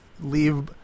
leave